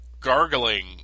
gargling